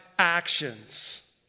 actions